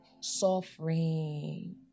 suffering